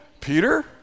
Peter